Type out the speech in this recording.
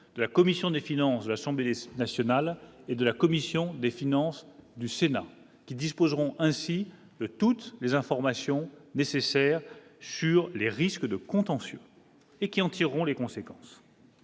de la commission des finances de l'Assemblée nationale et de la commission des finances du Sénat qui disposeront ainsi toutes les informations nécessaires sur les risques de contentieux et qui en tireront les conséquences.